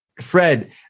Fred